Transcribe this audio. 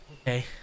Okay